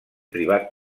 privat